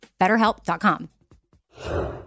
BetterHelp.com